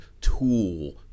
tool